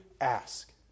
ask